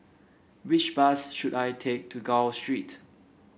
which bus should I take to Gul Street